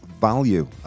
value